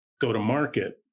go-to-market